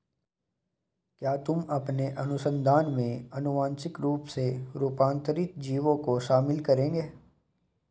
क्या तुम अपने अनुसंधान में आनुवांशिक रूप से रूपांतरित जीवों को शामिल करोगे?